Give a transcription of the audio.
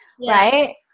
right